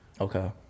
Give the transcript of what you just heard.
Okay